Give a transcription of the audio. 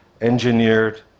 engineered